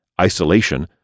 isolation